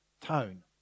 tone